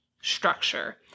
structure